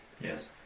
Yes